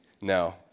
No